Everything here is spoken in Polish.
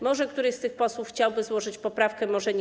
Może któryś z tych posłów chciałby złożyć poprawkę, może nie.